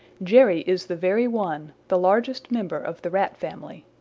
jerry is the very one, the largest member of the rat family.